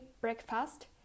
breakfast